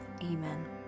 Amen